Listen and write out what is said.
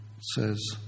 says